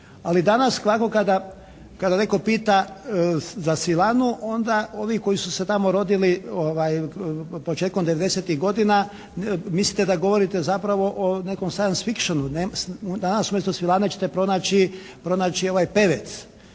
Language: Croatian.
… kada netko pita za «Svilanu» onda ovi koji su se tamo rodili početkom devedesetih godina mislite da govorite zapravo o nekom «science fiction-u». Danas umjesto «Svilane» ćete pronaći ovaj